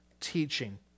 teaching